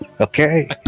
okay